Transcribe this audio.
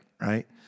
right